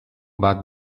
bat